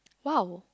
!wow!